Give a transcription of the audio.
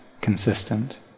consistent